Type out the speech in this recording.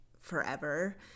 forever